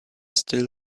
still